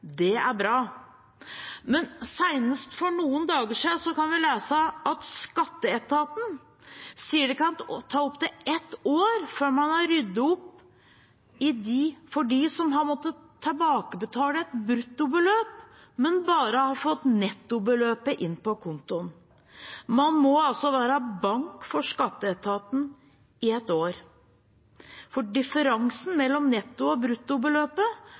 Det er bra. Men senest for noen dager siden kunne vi lese at skatteetaten sier det kan ta opptil ett år før man har ryddet opp for dem som har måttet tilbakebetale et bruttobeløp, men som bare har fått nettobeløpet inn på kontoen. Man må altså være bank for skatteetaten i et år, for differensen mellom netto- og bruttobeløpet